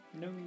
No